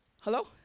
Hello